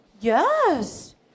Yes